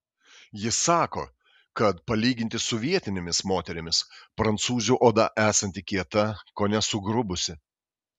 jis sako kad palyginti su vietinėmis moterimis prancūzių oda esanti kieta kone sugrubusi